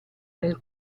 nel